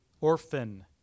orphan